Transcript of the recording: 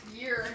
year